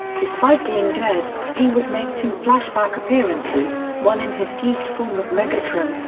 despite being dead, he would make two flashback appearances one in his fused form with megatron,